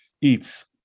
eats